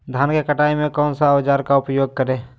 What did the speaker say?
धान की कटाई में कौन सा औजार का उपयोग करे?